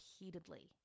repeatedly